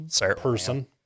Person